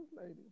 lady